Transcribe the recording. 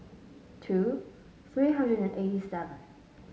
two three hundred and eighty seven